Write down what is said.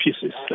pieces